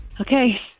Okay